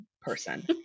person